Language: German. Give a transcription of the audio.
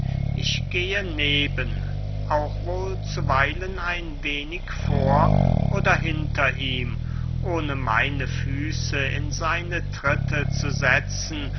ich gehe neben auch wohl zuweilen ein wenig vor oder hinter ihm ohne meine füße in seine tritte zu setzen